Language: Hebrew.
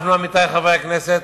אנחנו, עמיתי חברי הכנסת,